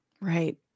Right